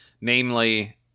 namely